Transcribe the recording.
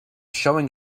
showing